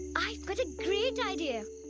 i've got a great idea!